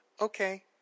okay